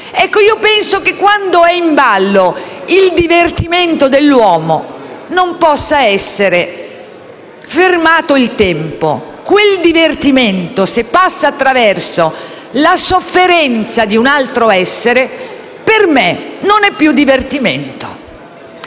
Penso che quando è in ballo il divertimento dell'uomo, il tempo non possa essere fermato. Ma quel divertimento, se passa attraverso la sofferenza di un altro essere, per me non è più tale.